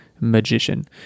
magician